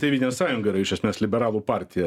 tėvynės sąjunga yra iš esmės liberalų partija